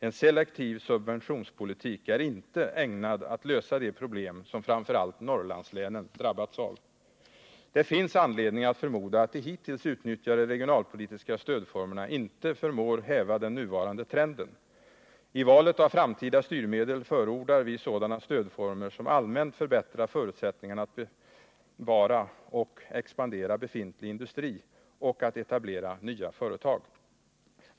En selektiv subventionspolitik är inte ägnad att lösa de problem som framför allt Norrlandslänen drabbats av. Det finns anledning att förmoda att de hittills utnyttjade regionalpolitiska stödformerna inte förmår häva den nuvarande trenden. I valet av framtida styrmedel förordar vi sådana stödformer som allmänt förbättrar förutsättningarna att bevara och expandera befintlig industri och att etablera nya företag.